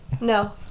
No